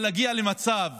אבל להגיע למצב